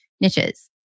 niches